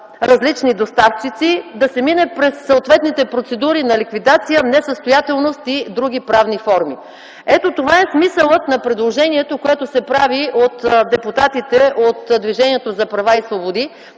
различни доставчици, да се мине през съответните процедури на ликвидация, несъстоятелност и други правни форми. Ето това е смисълът на предложението, което се прави от депутатите от Движението за права и свободи